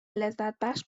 لذتبخش